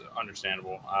understandable